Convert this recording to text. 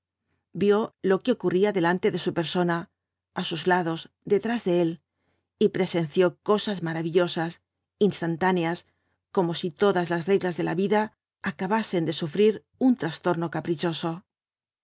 vio lo qne ocurría delante de su persona á sus lados detrás de él y presenció cosas maravillosas instantáneas como si todas las reglas de la vida acabasen de sufrir un trastorno caprichoso